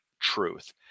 truth